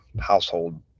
household